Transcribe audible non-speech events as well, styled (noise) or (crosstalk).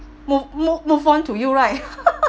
mo~ mo~ move on to you right (laughs)